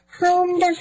Home